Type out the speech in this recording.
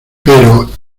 pero